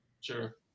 Sure